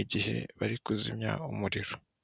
igihe bari kuzimya umuriro.